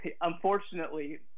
unfortunately